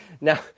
now